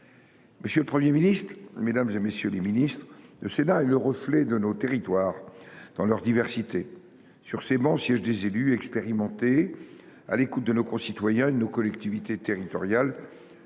Monsieur le Premier ministre, mesdames, messieurs les ministres, le Sénat est le reflet de nos territoires, dans leur diversité. Sur ses travées siègent des élus expérimentés, qui sont à l’écoute de nos concitoyens et de nos collectivités territoriales.